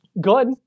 good